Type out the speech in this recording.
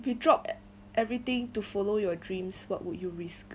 if you drop everything to follow your dreams what would you risk